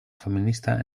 feminista